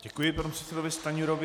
Děkuji panu předsedovi Stanjurovi.